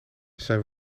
zijn